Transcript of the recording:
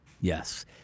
Yes